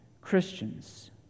Christians